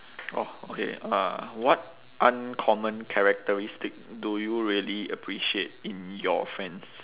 orh okay uh what uncommon characteristic do you really appreciate in your friends